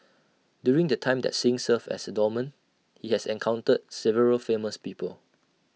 during the time that Singh served as A doorman he has encountered several famous people